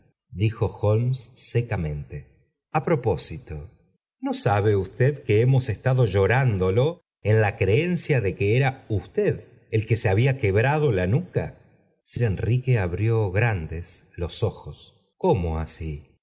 dijo holmes secamente a propósito no sabe usted que liemos estado llorándolo en la creencia de que era usted el que se había quebrado ja mica sir enrique abrió grandes los o oh cómo así